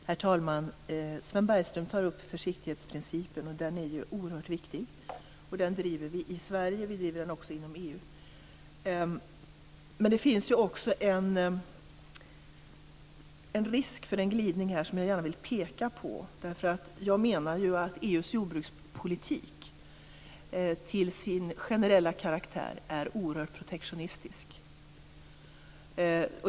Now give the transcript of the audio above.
Herr talman! Sven Bergström tar upp försiktighetsprincipen, och den är ju oerhört viktig. Den driver vi i Sverige. Vi driver den också inom EU. Men det finns ju också en risk för en glidning som jag gärna vill peka på. Jag menar att EU:s jordbrukspolitik till sin generella karaktär är oerhört protektionistisk.